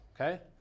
okay